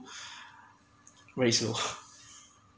very slow